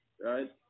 Right